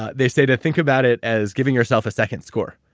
ah they say, to think about it as giving yourself a second score,